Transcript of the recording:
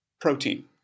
protein